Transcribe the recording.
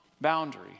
boundary